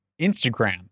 Instagram